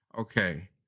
okay